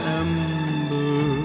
ember